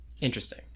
Interesting